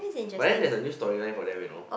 but then there's a new storyline for them you know